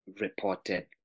reported